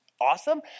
awesome